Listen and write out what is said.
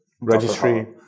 registry